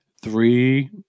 three